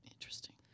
Interesting